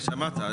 בסדר.